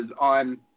on